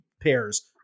pairs